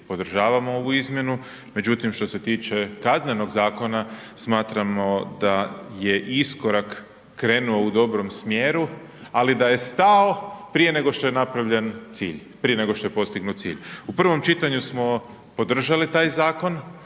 podržavam ovu izmjenu međutim što se tiče KZ-a, smatramo da je iskorak krenuo u dobrom smjeru ali da je stao prije nego što je napravljen cilj, prije nego što je postignut cilj. U prvom čitanju smo podržali taj zakon,